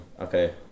okay